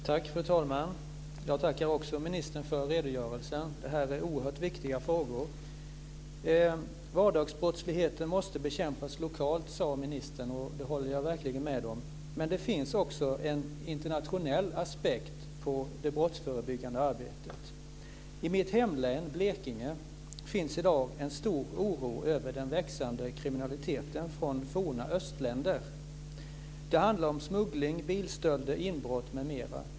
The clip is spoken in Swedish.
Fru talman! Jag tackar också ministern för redogörelsen. Det här är oerhört viktiga frågor. Vardagsbrottsligheten måste bekämpas lokalt, sade ministern. Det håller jag verkligen med om. Men det finns också en internationell aspekt på det brottsförebyggande arbetet. I mitt hemlän Blekinge finns i dag en stor oro över den växande kriminaliteten från östländerna. Det handlar om smuggling, bilstölder, inbrott m.m.